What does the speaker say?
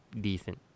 decent